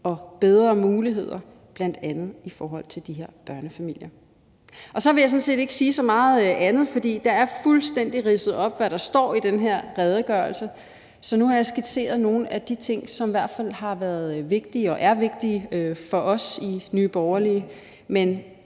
og bedre muligheder for bl.a. de her børnefamilier. Så vil jeg sådan set ikke sige så meget andet, for det er fuldstændig remset op, hvad der står i den her redegørelse, men jeg har her skitseret nogle af de ting, som i hvert fald har været og er vigtige for os i Nye Borgerlige.